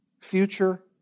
future